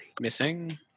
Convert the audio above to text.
Missing